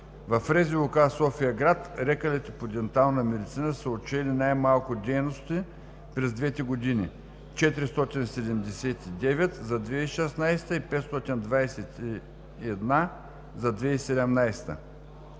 В РЗОК София-град лекарите по дентална медицина са отчели най-малко дейности през двете години – 479 за 2016 г. и 521 за 2017